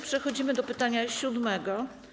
Przechodzimy do pytania siódmego.